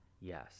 yes